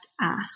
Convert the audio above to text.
ask